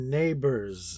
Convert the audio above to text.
neighbors